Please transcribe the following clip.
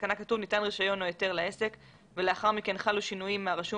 "ניתן רישיון או היתר לעסק ולאחר מכן חלו שינויים יסודיים מהרשום